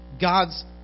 God's